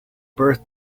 birth